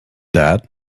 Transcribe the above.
that